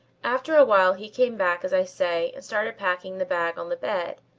after a while he came back as i say started packing the bag on the bed.